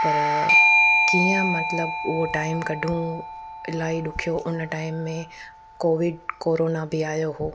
पर कीअं मतलबु उहो टाइम कढू इलाही ॾुखियो हुन टाइम में कोविड कोरोना बि आयो हुओ